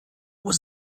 was